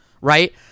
right